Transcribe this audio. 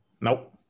Nope